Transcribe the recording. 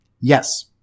Yes